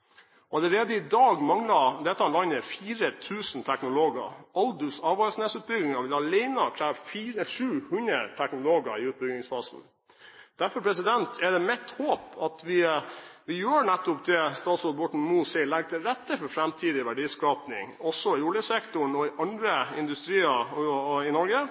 kompetanse. Allerede i dag mangler dette landet 4 000 teknologer. Aldous–Avaldsnes-utbyggingen vil alene kreve 400–700 teknologer i utbyggingsfasen. Derfor er det mitt håp at vi gjør nettopp det statsråd Borten Moe sier, legger til rette for framtidig verdiskaping, også i oljesektoren og i annen industri i Norge,